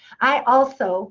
i also